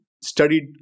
studied